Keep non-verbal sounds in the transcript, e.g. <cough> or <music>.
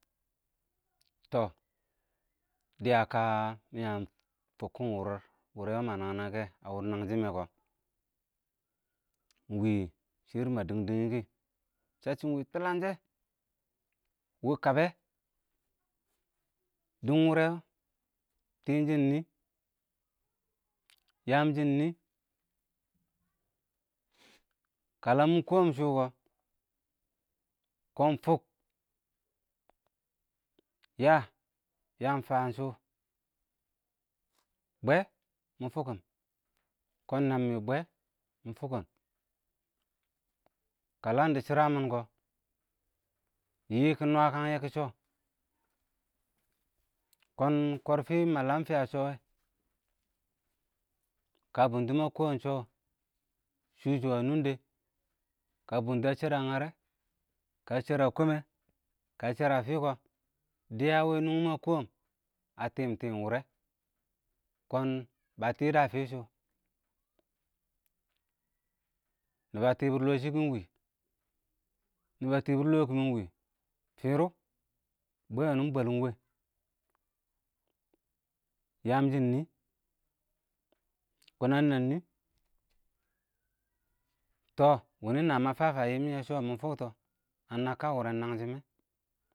tɔ dɪyə kə mɪ yəng fʊkkɪn mʊr wʊrɛ wɛ mə nəng nəyɛ kɛ, ə wʊr nəngshɪ mɛ kɔ, ɪng wɪɪ shɪrr mə dɪng dɪnghɪ kɪ, səcchɪm ɪng wɪ tʊlkəngshɛ, wɪ kəbɛ, dɪng wʊrɛ, tɪnjɪn nɪɪ, yəəəm shɪn nɪ, <noise> kələm mɪ kɔ shʊ kɔ, kɔɔn fʊk, <noise> yəə, yəəəm shʊ, bwɛ mɪ fʊkkʊn, kɔɔn nəmɪ bwɛ mɪ fʊkkʊn, <noise> kələn dɪ shɪrəmɪn kɔ, yɪɪ kɪ nwəkən yɛ kɪshɔ, <noise> kɔɔn kɔrfɪ mə ləmmɪn fɪyə shɔ wɛ, <noise> kə bʊttʊn mə kɔɔm shɔ, shɪtʊ ə nʊngdɛ, ə bʊttʊ ə shərɛ ə nyərɛ, kə ə shərɪ ə kɔmɛ, kə ə shərɪ ə fɪ kɔ, dɪyə wɔ nʊnghɪ mɪ ə kɔɔm, ə tɪɪ tɪm ɪng wʊrɛ, kɔɔn bə tɪdə ə fɪshʊ, nɪbə ə tɪbɪr lɔɔ shɪ kɪ ɪngwɪ, nɪba tɪbɪr lɔɔ kɪm ɪng wɪ, fɪrʊ bwɛ wʊnʊ ɪng bwɛlɪn ɪng wɛ? <noise> ɪng yəəm shɪn ɪng nɪɪ, kɔɔn ə nənəg nɪ, <noise> tɔh wʊnʊ ɪng nə nə fəəm fəəm yɪ yɛ shɔ, ə nə kə wʊrɛn nəngshɪ mɪ.